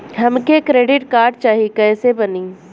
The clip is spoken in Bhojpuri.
हमके क्रेडिट कार्ड चाही कैसे बनी?